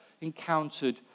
encountered